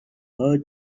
her